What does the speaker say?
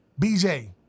BJ